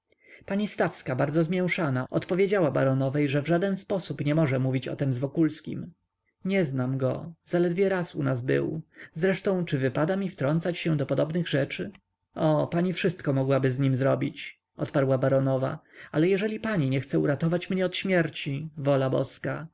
pani stawska bardzo zmięszana odpowiedziała baronowej że w żaden sposób nie może mówić o tem z wokulskim nie znam go zaledwie raz był u nas zresztą czy wypada mi wtrącać się do podobnych rzeczy o pani wszystko mogłaby z nim zrobić odparła baronowa ale jeżeli pani nie chce uratować mnie od śmierci wola boska